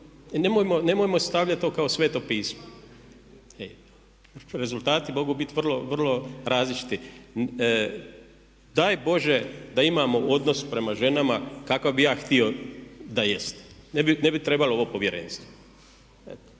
Nemojmo stavljat to kao sveto pismo. Rezultati mogu biti vrlo, vrlo različiti. Daj Bože da imamo odnos prema ženama kakav bih ja htio da jest, ne bi trebalo ovo Povjerenstvo.